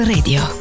Radio